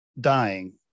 dying